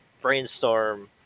Brainstorm